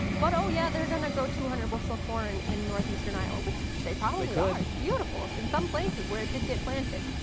but oh yeah, they're going to grow two hundred bushel corn in northeastern iowa, which they probably are, it's beautiful in some places where it did get planted.